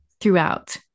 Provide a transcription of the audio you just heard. throughout